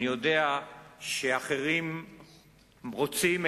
אני יודע שאחרים רוצים,